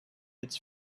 its